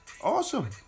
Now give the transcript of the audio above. Awesome